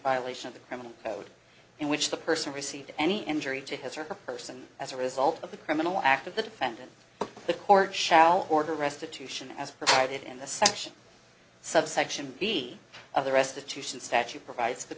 violation of the criminal code in which the person received any injury to his or her person as a result of the criminal act of the defendant the court shall order restitution as provided in the section subsection b of the restitution statute provides the